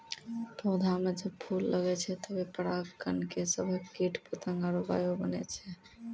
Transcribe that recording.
पौधा म जब फूल लगै छै तबे पराग कण के सभक कीट पतंग आरु वायु बनै छै